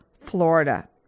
Florida